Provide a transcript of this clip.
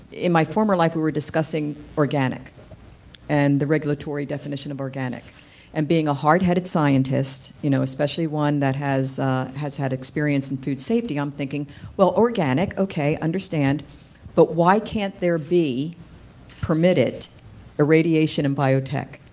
in my former life, discussion organic and the regulatory definition of organic and being a hard headed scientist you know especially one that has has had experience in food safety i'm thinking well organic, okay i understand but why can't there be permitted irradiation and bio-tech?